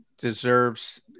Deserves